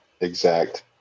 exact